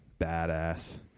badass